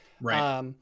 Right